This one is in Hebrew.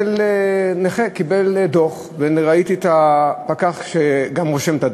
שנכה קיבל דוח, וראיתי את הפקח רושם את הדוח.